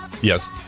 Yes